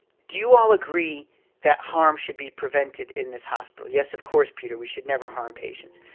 do you all agree that harm should be prevented in this hospital? yes, of course, peter. we should never harm patients.